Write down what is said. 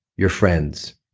your friends,